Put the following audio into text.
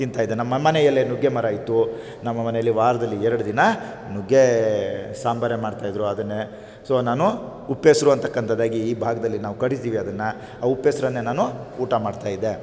ತಿಂತಾಯಿದ್ದೆ ನಮ್ಮ ಮನೆಯಲ್ಲೇ ನುಗ್ಗೇ ಮರ ಇತ್ತು ನಮ್ಮ ಮನೆಯಲ್ಲಿ ವಾರದಲ್ಲಿ ಎರಡು ದಿನ ನುಗ್ಗೇ ಸಾಂಬಾರೇ ಮಾಡ್ತಾಯಿದ್ದರು ಅದನ್ನೇ ಸೊ ನಾನು ಉಪ್ಪೆಸ್ರು ಅಂತಕ್ಕಂಥದ್ದಾಗಿ ಈ ಭಾಗದಲ್ಲಿ ನಾವು ಕಡೀತಿವಿ ಅದನ್ನು ಆ ಉಪ್ಪೆಸ್ರನ್ನೇ ನಾನು ಊಟ ಮಾಡ್ತಾಯಿದ್ದೆ